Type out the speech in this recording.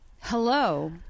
Hello